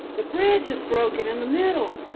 the bridge is broken in the middle,